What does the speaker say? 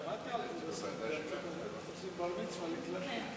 ההצעה להעביר את הצעת חוק צער בעלי-חיים (הגנה